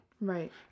Right